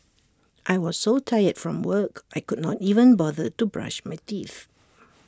I was so tired from work I could not even bother to brush my teeth